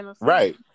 right